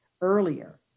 earlier